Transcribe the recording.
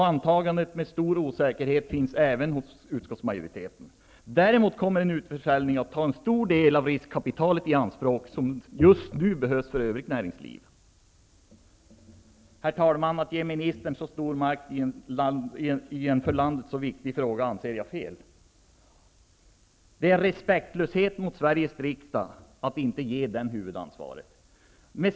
Det antagandet finns även med stor osäkerhet hos utskottsmajoriteten. Däremot kommer en utförsäljning att ta en stor del av riskkapitalet i anspråk, riskkapital som just nu behövs för övrigt näringsliv. Herr talman! Att ge ministern så stor makt i en för landet så viktig fråga anser jag vara fel. Det är att visa respektlöshet mot Sveriges riksdag, att inte ge den huvudansvaret.